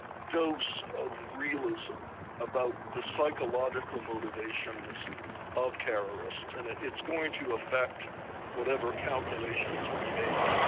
dose of realism about the psychological motivations of terrorists and it's going to effect whatever calculations we make.